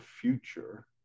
future